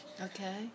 Okay